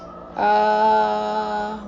err